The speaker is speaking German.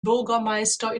bürgermeister